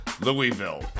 Louisville